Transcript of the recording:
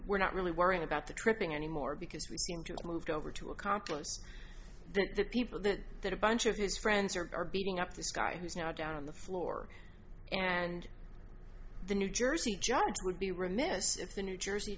we're not really worrying about the tripping anymore because we seem to moved over to accomplice the people that that a bunch of his friends are are beating up this guy who's now down on the floor and the new jersey judge would be remiss if the new jersey